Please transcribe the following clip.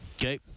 Okay